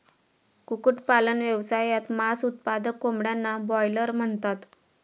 कुक्कुटपालन व्यवसायात, मांस उत्पादक कोंबड्यांना ब्रॉयलर म्हणतात